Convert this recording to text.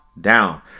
down